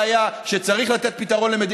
הבין שיש בעיה, שצריך לתת פתרון למדינה.